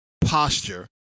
posture